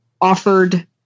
offered